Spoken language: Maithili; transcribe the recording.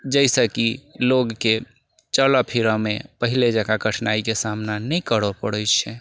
जाहिसँ कि लोगकेँ चलऽ फिरऽमे पहिले जकाँ कठिनाइके सामना नहि करऽ पड़ैत छै